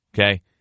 Okay